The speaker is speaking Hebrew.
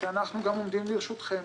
שאנחנו גם עומדים לרשותכם,